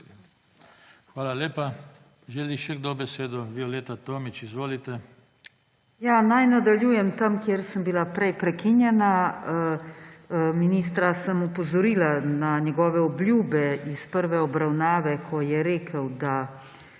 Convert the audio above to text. Hvala lepa. Želi še kdo besedo? Violeta Tomić, izvolite. **VIOLETA TOMIĆ (PS Levica):** Naj nadaljujem tam, kjer sem bila prej prekinjena. Ministra sem opozorila na njegove obljube iz prve obravnave, ko je rekel, da